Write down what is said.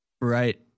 Right